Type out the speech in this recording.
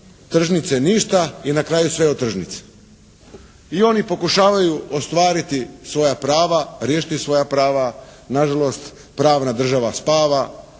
tržnice ništa i na kraju sve od tržnice. I oni pokušavaju ostvariti svoja prava, riješiti svoja prava. Nažalost, pravna država spava.